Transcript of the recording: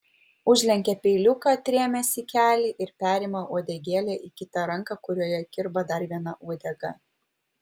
užlenkia peiliuką atrėmęs į kelį ir perima uodegėlę į kitą ranką kurioje kirba dar viena uodega